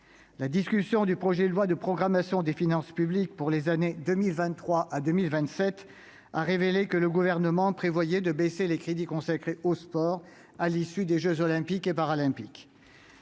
La discussion du projet de loi de programmation des finances publiques pour les années 2023 à 2027 a révélé que le Gouvernement prévoyait de baisser les crédits consacrés au sport à l'issue des jeux Olympiques et Paralympiques.